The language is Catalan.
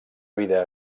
vida